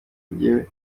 njyewe